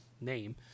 name